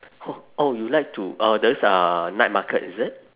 oh you like to uh those uh night market is it